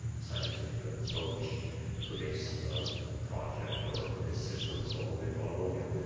scientific approach to this project or to this system called visualaudio.